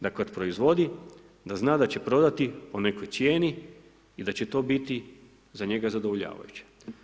Da kad proizvodi, da zna da će prodati po nekoj cijeni i da će to biti za njega zadovoljavajuće.